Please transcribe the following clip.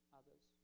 others